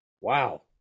wow